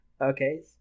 Okay